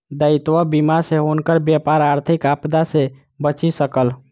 दायित्व बीमा सॅ हुनकर व्यापार आर्थिक आपदा सॅ बचि सकल